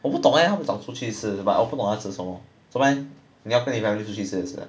我不懂 leh 他们讲出去吃 but 我不懂要吃什么做么 leh 你要跟你 family 出去吃也是啊